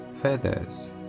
feathers